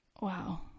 Wow